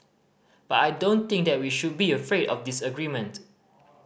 but I don't think that we should be afraid of disagreement